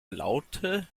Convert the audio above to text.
laute